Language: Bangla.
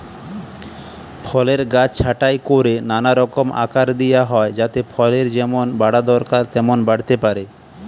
ফলের গাছ ছাঁটাই কোরে নানা রকম আকার দিয়া হয় যাতে ফলের যেমন বাড়া দরকার তেমন বাড়তে পারে